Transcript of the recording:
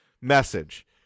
message